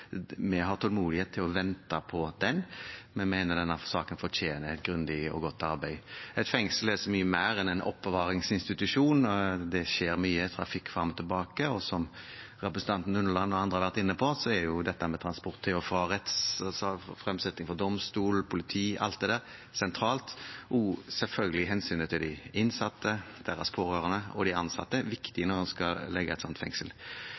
Vi har tålmodighet til å vente på den. Vi mener denne saken fortjener et grundig og godt arbeid. Et fengsel er så mye mer enn en oppbevaringsinstitusjon. Det skjer mye trafikk fram og tilbake. Som representanten Unneland og andre har vært inne på, er dette med transport til og fra rettssal, fremstilling for domstol, politi, osv., sentralt, og selvfølgelig er også hensynet til de innsatte, deres pårørende og de ansatte viktig med tanke på hvor en skal legge et slikt fengsel.